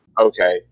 Okay